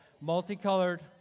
multicolored